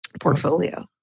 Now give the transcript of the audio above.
portfolio